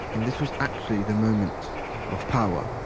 and this was actually the moment of power,